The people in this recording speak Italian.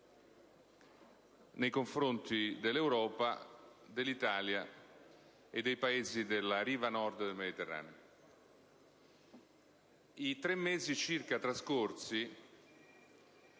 nei confronti dell'Europa, dell'Italia e dei Paesi della riva Nord del Mediterraneo. I tre mesi circa trascorsi